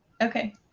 Okay